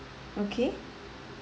okay